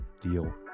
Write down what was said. deal